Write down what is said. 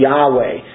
Yahweh